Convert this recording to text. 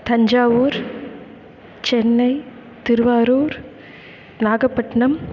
Thanjavur Chennai Tiruvarur Nagapattinam